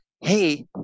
hey